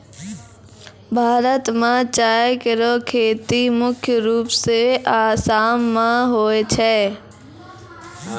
भारत म चाय केरो खेती मुख्य रूप सें आसाम मे होय छै